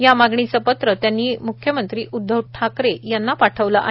या मागणीचं पत्र त्यांनी म्ख्यमंत्री उद्वव ठाकरे यांना पाठवलं आहे